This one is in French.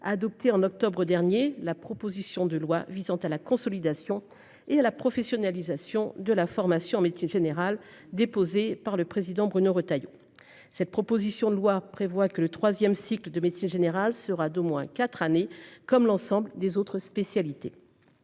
Adopté en octobre dernier, la proposition de loi visant à la consolidation et à la professionnalisation de la formation en médecine générale, déposée par le président Bruno Retailleau. Cette proposition de loi prévoit que le 3ème cycle de médecine générale sera d'au moins 4 années comme l'ensemble des autres spécialités.